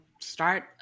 Start